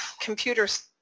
computers